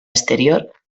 exterior